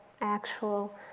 actual